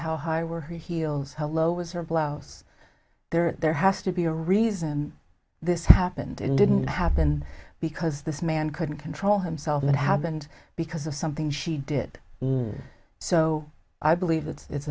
how high were heels how low was her blouse there there has to be a reason this happened in didn't happen because this man couldn't control himself what happened because of something she did so i believe